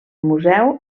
museu